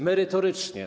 Merytorycznie.